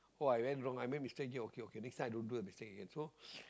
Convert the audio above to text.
oh I went wrong I make mistake here okay okay next time i don't do a mistake again so